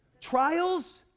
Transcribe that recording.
Trials